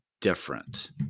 different